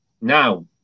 Now